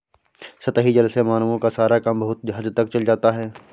सतही जल से मानवों का सारा काम बहुत हद तक चल जाता है